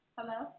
Hello